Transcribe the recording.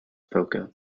poker